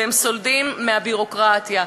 והם סולדים מהביורוקרטיה.